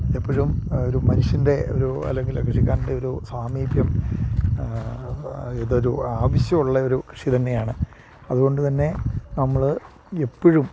എപ്പോഴും ഒരു മനുഷ്യൻ്റെ ഒരു അല്ലെങ്കിൽ കൃഷിക്കാരൻ്റെ ഒരു സാമീപ്യം ഇത് ഒരു ആവശ്യം ഉള്ള ഒരു കൃഷി തന്നെയാണ് അതുകൊണ്ട് തന്നെ നമ്മൾ എപ്പോഴും